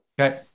Okay